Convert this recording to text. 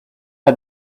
had